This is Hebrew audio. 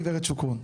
גברת שוקרון,